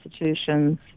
institutions